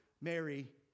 Mary